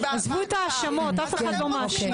עזבו את ההאשמות, אף אחד לא מאשים.